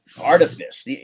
artifice